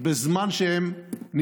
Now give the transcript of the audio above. אינם חברי כנסת.